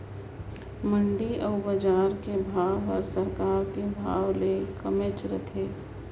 मंडी अउ बजार के भाव हर सरकार के भाव ले कमेच रथे